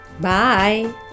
Bye